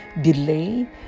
delay